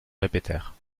répétèrent